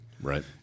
Right